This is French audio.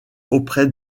auprès